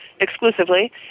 exclusively